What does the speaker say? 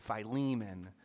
Philemon